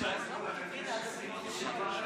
תבקש את מפת הפריסה,